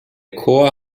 chor